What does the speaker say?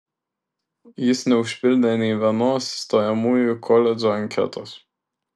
jis neužpildė nė vienos stojamųjų į koledžą anketos